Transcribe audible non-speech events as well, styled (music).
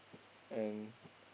and (breath)